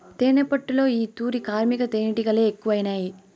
తేనెపట్టులో ఈ తూరి కార్మిక తేనీటిగలె ఎక్కువైనాయి